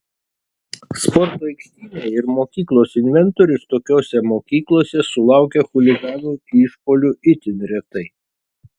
sporto aikštynai ir mokyklos inventorius tokiose mokyklose sulaukia chuliganų išpuolių itin retai